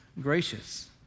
gracious